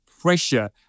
pressure